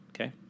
Okay